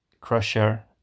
Crusher